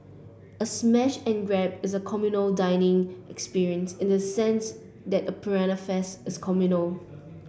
a smash and grab is a communal dining experience in the sense that a piranha feast is communal